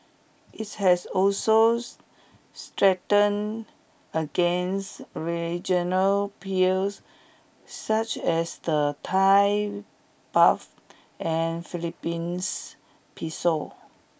its has also strengthened against regional peers such as the Thai baht and Philippines peso